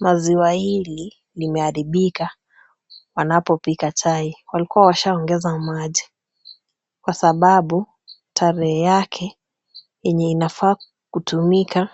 Maziwa hili limeharibika wanapopika chai, walikua washaongeza maji, kwa sababu tarehe yake yenye inafaa kutumika